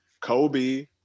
Kobe